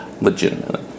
Legitimately